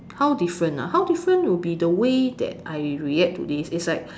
how different ah how different will be the way that I react to this is like